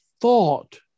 thought